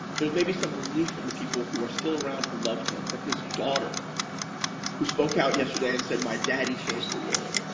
there's maybe some relief from the people who are still around, who loved him, for his daughter who spoke out yesterday and said, my daddy changed the world.